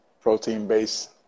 protein-based